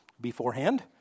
beforehand